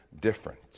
different